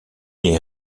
est